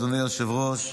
אדוני היושב-ראש,